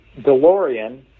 DeLorean